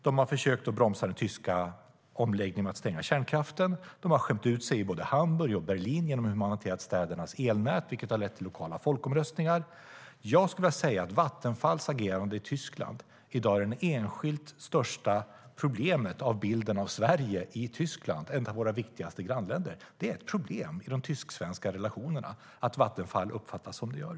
De har försökt bromsa den tyska omläggningen att stänga kärnkraften. De har skämt ut sig i både Hamburg och Berlin genom hur man har hanterat städernas elnät, vilket har lett till lokala folkomröstningar. Jag skulle vilja säga att Vattenfalls agerande i Tyskland i dag är det enskilt största problemet för bilden av Sverige i Tyskland, ett av våra viktigaste grannländer. Det är ett problem i de tysk-svenska relationerna att Vattenfall uppfattas som det gör.